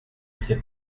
sais